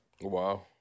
Wow